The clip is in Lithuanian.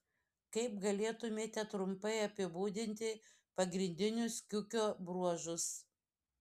kaip galėtumėte trumpai apibūdinti pagrindinius kiukio bruožus